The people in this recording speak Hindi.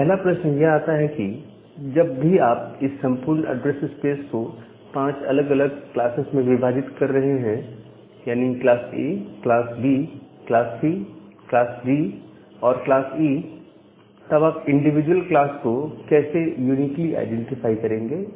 अब पहला प्रश्न यह आता है कि जब भी आप इस संपूर्ण ऐड्रेस स्पेस को पांच अलग अलग क्लासेज में विभाजित कर रहे हो यानी class A class B class C class D और क्लास E तब आप इंडिविजुअल क्लास को कैसे यूनिकली आईडेंटिफाई करेंगे